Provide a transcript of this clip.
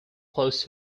close